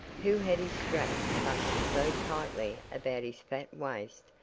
who had his strap buckled so tightly about his fat waist,